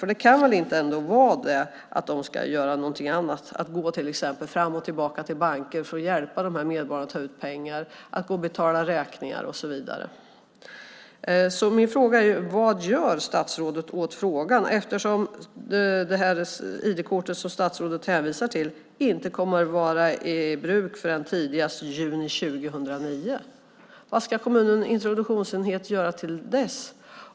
För det kan väl ändå inte vara meningen att de till exempel ska gå fram och tillbaka till banker för att hjälpa de här medborgarna att ta ut pengar, betala räkningar och så vidare? Min fråga är: Vad gör statsrådet åt frågan? Det här ID-kortet, som statsrådet hänvisar till, kommer ju inte att vara i bruk förrän tidigast i juni 2009. Vad ska kommunens introduktionsenhet göra fram till dess?